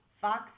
Fox